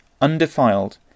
undefiled